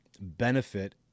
benefit